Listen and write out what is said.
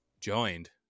joined